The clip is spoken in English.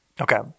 Okay